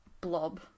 blob